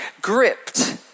Gripped